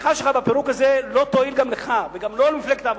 והתמיכה שלך בפירוק הזה לא תועיל לך וגם לא למפלגת העבודה.